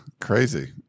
crazy